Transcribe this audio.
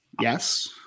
yes